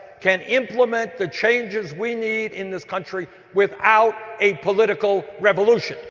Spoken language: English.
can implement the changes we need in this country, without a political revolution!